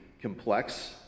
complex